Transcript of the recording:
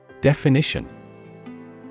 Definition